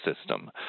system